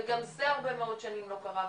וגם זה הרבה מאוד שנים לא קרה,